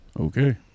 Okay